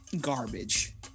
garbage